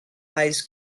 eyes